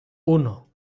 uno